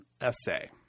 essay